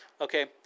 Okay